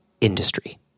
industry